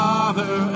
Father